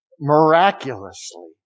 miraculously